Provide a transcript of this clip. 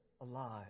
alive